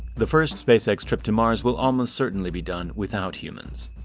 the first spacex trip to mars will almost certainly be done without humans.